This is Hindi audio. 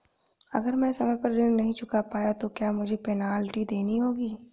अगर मैं समय पर ऋण नहीं चुका पाया तो क्या मुझे पेनल्टी देनी होगी?